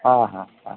হ্যাঁ হ্যাঁ হ্যাঁ